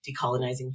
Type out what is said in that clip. decolonizing